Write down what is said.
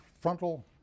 frontal